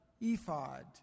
ephod